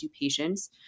patients